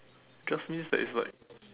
just means that it's like